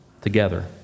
together